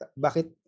bakit